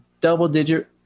double-digit